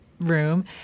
room